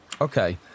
Okay